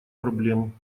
проблем